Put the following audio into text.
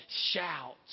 shouts